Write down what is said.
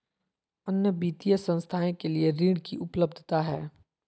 अन्य वित्तीय संस्थाएं के लिए ऋण की उपलब्धता है?